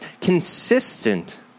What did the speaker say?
consistent